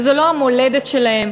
וזאת לא המולדת שלהם.